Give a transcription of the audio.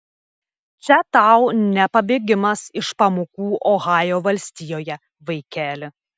čia tau ne pabėgimas iš pamokų ohajo valstijoje vaikeli